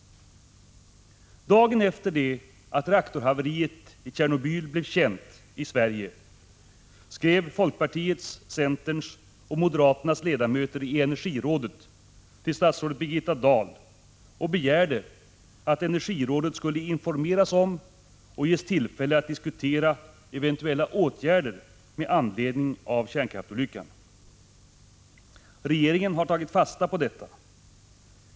Dagen efter det att reaktorhaveriet i Tjernobyl blev känt i Sverige skrev folkpartiets, centerns och moderaternas ledamöter i energirådet till statsrådet Birgitta Dahl och begärde att energirådet skulle informeras om och ges tillfälle att diskutera eventuella åtgärder med anledning av kärnkraftsolyckan. Regeringen har tagit fast på detta.